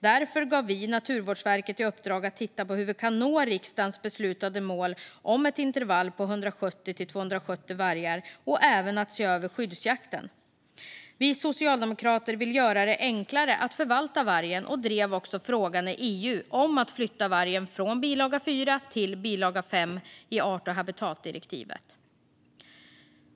Därför gav vi Naturvårdsverket i uppdrag att titta på hur vi kan nå riksdagens beslutade mål om ett intervall på 170-270 vargar och även att se över skyddsjakten. Vi socialdemokrater vill göra det enklare att förvalta vargen och drev också frågan i EU att vargen skulle flyttas från bilaga 4 till bilaga 5 i art och habitatdirektivet.